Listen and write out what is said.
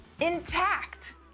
intact